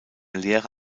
lehre